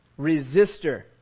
Resistor